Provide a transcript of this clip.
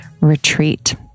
retreat